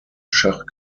schach